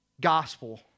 gospel